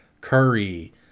curry